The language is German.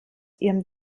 ihrem